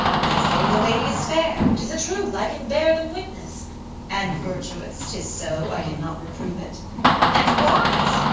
they say the lady is fair tis a truth, i can bear them witness and virtuous tis so, i cannot reprove it and wise,